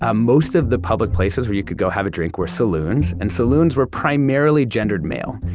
ah most of the public places where you could go have a drink were saloons, and saloons were primarily gendered male.